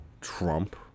Trump